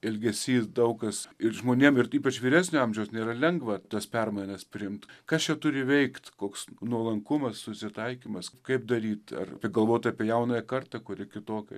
elgesys daug kas ir žmonėm ir ypač vyresnio amžiaus nėra lengva tas permainas priimt kas čia turi veikt koks nuolankumas susitaikymas kaip daryt ar galvot apie jaunąją kartą kuri kitokia